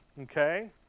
Okay